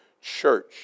Church